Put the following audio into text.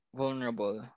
vulnerable